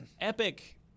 Epic